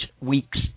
weeks